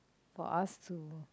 for us to